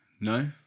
No